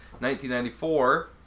1994